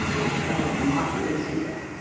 this man martin is here.